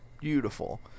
beautiful